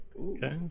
Okay